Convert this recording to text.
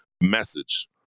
message